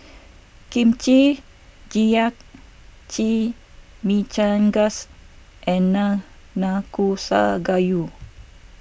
Kimchi Jjigae Chimichangas and Nanakusa Gayu